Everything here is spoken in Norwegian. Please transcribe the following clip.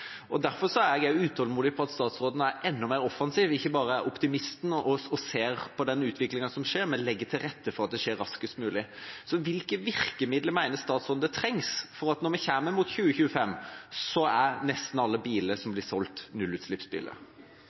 Derfor er jeg utålmodig etter at statsråden er enda mer offensiv, at han ikke bare er optimist og ser på den utviklingen som skjer, men legger til rette for at den skjer raskest mulig. Hvilke virkemidler mener statsråden trengs? Når vi kommer til 2025, er nesten alle biler som blir solgt, nullutslippsbiler.